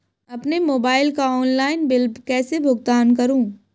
अपने मोबाइल का online bill कैसे भुगतान करूं?